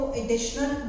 additional